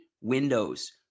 windows